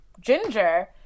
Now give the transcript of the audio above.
ginger